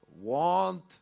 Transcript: want